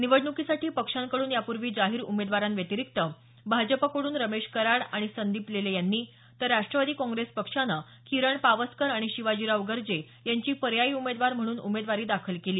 निवडण्कीसाठी पक्षांकडून यापूर्वी जाहीर उमेदवारांव्यतिरिक्त भाजपकडून रमेश कराड आणि संदीप लेले यांनी तर राष्ट्रवादी काँग्रेस पक्षानं किरण पावस्कर आणि शिवाजीराव गर्जे यांची पर्यायी उमेदवार म्हणून उमेदवारी दाखल केली